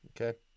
Okay